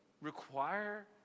require